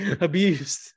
abused